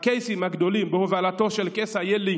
הקייסים הגדולים בהובלתו של קייס איילי,